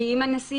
כי אם הנשיא